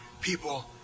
people